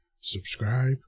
Subscribe